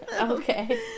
Okay